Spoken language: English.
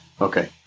Okay